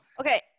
Okay